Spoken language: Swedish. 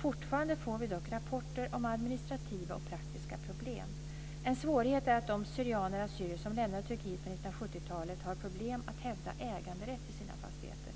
Fortfarande får vi dock rapporter om administrativa och praktiska problem. En svårighet är att de syrianer/assyrier som lämnade Turkiet på 1970-talet har problem att hävda äganderätt till sina fastigheter.